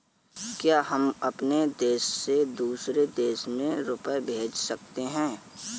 क्या हम अपने देश से दूसरे देश में रुपये भेज सकते हैं?